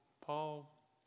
Paul